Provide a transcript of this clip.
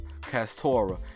castora